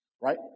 right